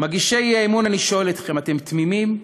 מגישי האי-אמון, אני שואל אתכם, אתם תמימים?